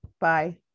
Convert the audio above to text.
Bye